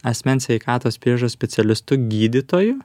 asmens sveikatos priežiūros specialistu gydytoju